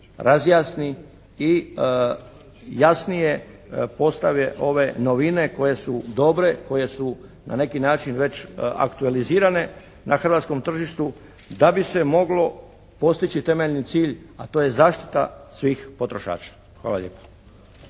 razjasni i jasnije postave ove novine koje su dobre, koje su na neki način već aktualizirane na hrvatskom tržištu da bi se mogao postići temeljni cilj a to je zaštita svih potrošača. Hvala lijepa.